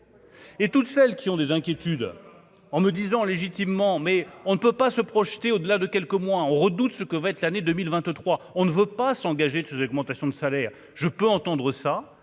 et toutes celles qui ont des inquiétudes en me disant, légitimement, mais on ne peut pas se projeter au-delà de quelques mois, on redoute ce que va être l'année 2023, on ne veut pas s'engager de ces augmentations de salaire, je peux entendre ça